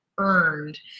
earned